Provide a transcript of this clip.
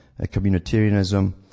Communitarianism